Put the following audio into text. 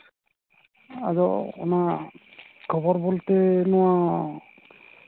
ᱟᱫᱚ ᱚᱱᱟ ᱠᱷᱚᱵᱚᱨ ᱵᱚᱞᱛᱮ ᱱᱚᱣᱟ